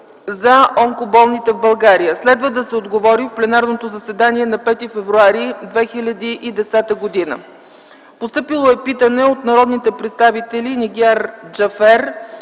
за онкоболните в България. Следва да се отговори в пленарното заседание на 5 февруари 2010 г.; - от народните представители Нигяр Джафер,